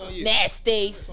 nasty